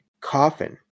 coffin